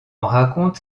raconte